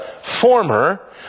former